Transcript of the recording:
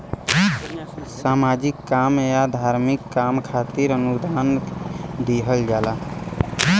सामाजिक काम या धार्मिक काम खातिर अनुदान दिहल जाला